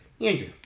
Andrew